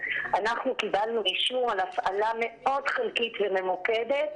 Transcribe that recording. קיבלנו אישור על הפעלה מאוד חלקית וממוקדת,